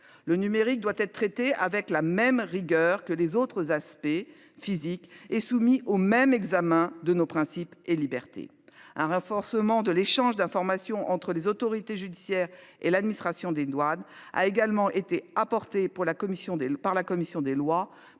le numérique doit être traité avec la même rigueur que les autres aspects physiques et soumis au même examen de nos principes et liberté, un renforcement de l'échange d'informations entre les autorités judiciaires et l'administration des douanes a également été apportées pour la commission des par